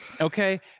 Okay